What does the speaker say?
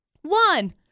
One